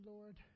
Lord